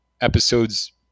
episodes